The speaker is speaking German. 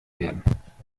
werden